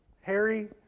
Harry